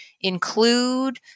include